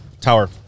Tower